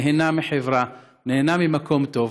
נהנה מחברה, נהנה ממקום טוב.